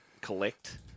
collect